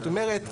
זאת אומרת,